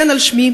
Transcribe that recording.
כן, על שמי.